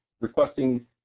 requesting